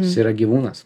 jis yra gyvūnas